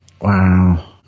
Wow